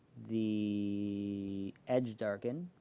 the edge darken.